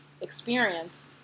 experience